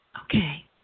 Okay